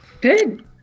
Good